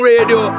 Radio